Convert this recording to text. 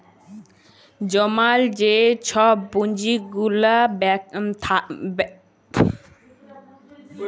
জমাল যে ছব পুঁজিগুলা থ্যাকবেক ইকদম স্যাফ ভাবে